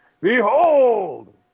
behold